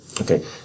Okay